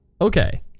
Okay